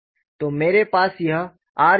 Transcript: तो मेरे पास यह r जैसा डेल्टा a माइनस s है